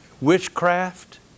Witchcraft